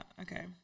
Okay